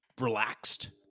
relaxed